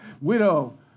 widow